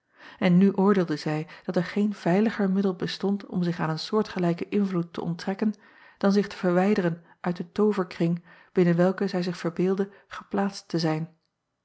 n nu oordeelde zij dat er geen veiliger middel bestond om zich aan een soortgelijken invloed te onttrekken dan zich te verwijderen uit den tooverkring binnen welken zij zich verbeeldde geplaatst te zijn